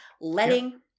letting